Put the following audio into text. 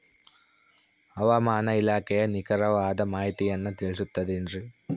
ಹವಮಾನ ಇಲಾಖೆಯ ನಿಖರವಾದ ಮಾಹಿತಿಯನ್ನ ತಿಳಿಸುತ್ತದೆ ಎನ್ರಿ?